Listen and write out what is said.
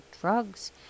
drug's